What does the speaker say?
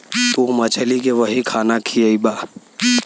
तू मछली के वही खाना खियइबा